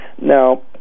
Now